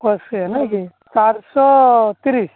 ଅଶୀ ନାଇକି ଚାରିଶହ ତିରିଶ